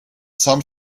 sun